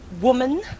woman